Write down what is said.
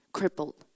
crippled